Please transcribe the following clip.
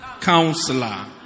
Counselor